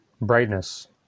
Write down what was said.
brightness